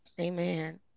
Amen